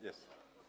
Jest.